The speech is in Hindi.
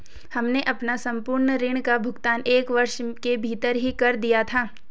हमने अपने संपूर्ण ऋण का भुगतान एक वर्ष के भीतर ही कर दिया था